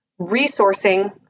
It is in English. resourcing